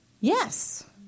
Yes